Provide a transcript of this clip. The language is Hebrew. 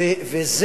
זה